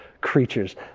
creatures